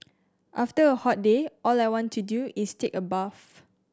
after a hot day all I want to do is take a bath